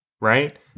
right